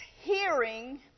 Hearing